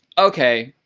okay,